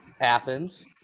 Athens